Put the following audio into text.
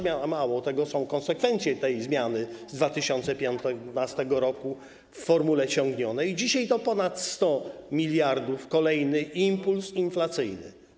Mało tego, są konsekwencje tej zmiany z 2015 r. w formule ciągnionej i dzisiaj to ponad 100 mld - kolejny impuls inflacyjny.